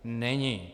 Není.